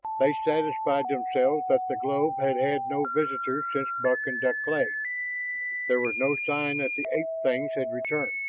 they satisfied themselves that the globe had had no visitors since buck and deklay there was no sign that the ape-things had returned.